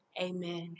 amen